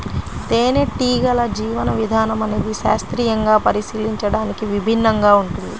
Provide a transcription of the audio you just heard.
తేనెటీగల జీవన విధానం అనేది శాస్త్రీయంగా పరిశీలించడానికి విభిన్నంగా ఉంటుంది